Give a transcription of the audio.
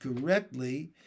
correctly